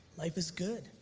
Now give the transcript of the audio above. life is good.